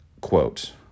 Quote